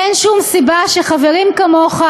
"אין שום סיבה שחברים כמוך,